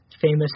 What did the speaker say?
famous